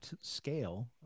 scale